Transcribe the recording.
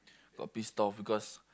got pissed off because